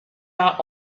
not